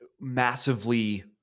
massively